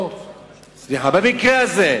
סליחה, במקרה הזה,